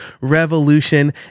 revolution